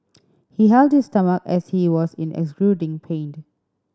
he held his stomach as he was in excruciating pained